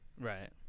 Right